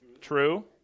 True